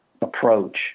approach